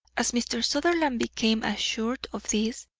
as mr. sutherland became assured of this,